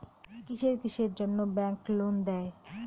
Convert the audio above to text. কিসের কিসের জন্যে ব্যাংক লোন দেয়?